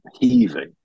heaving